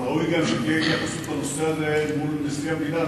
אבל ראוי גם שתהיה התייחסות לנושא הזה מול נשיא המדינה,